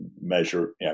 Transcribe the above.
measure